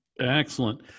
Excellent